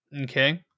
Okay